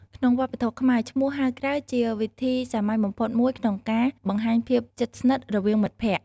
ក្នុងវប្បធម៌ខ្មែរ ឈ្មោះហៅក្រៅជាវិធីសាមញ្ញបំផុតមួយក្នុងការបង្ហាញភាពជិតស្និទ្ធរវាងមិត្តភក្តិ។